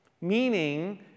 meaning